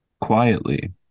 Quietly